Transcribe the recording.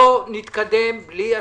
לא נתקדם בלי הסכמה.